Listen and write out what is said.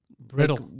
brittle